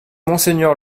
monseigneur